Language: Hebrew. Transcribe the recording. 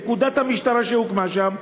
נקודת המשטרה שהוקמה שם,